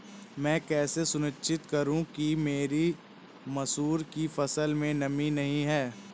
मैं कैसे सुनिश्चित करूँ कि मेरी मसूर की फसल में नमी नहीं है?